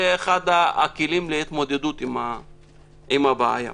זה אחד הכלים להתמודדות עם הבעיה.